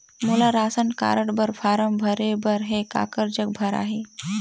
मोला ration card बर form भरे बर हे काकर जग भराही?